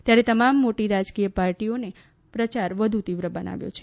ત્યારે તમામ મોટી રાજકીય પાર્ટીઓને પ્રચાર વધુ તીવ્ર બનાવ્યો છે